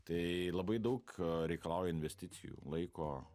tai labai daug reikalauja investicijų laiko